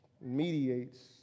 mediates